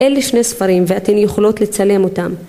אלה שני ספרים ואתן יכולות לצלם אותם.